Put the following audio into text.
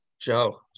Joe